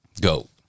Go